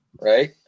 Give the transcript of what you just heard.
right